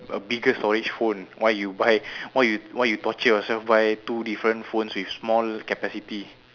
a bigger storage phone why you buy why you why you torture yourself buy two different phones with small capacity